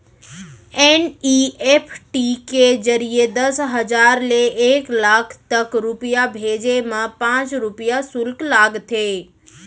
NEFT के जरिए दस हजार ले एक लाख तक रूपिया भेजे मा पॉंच रूपिया सुल्क लागथे